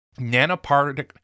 nanoparticle